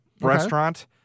restaurant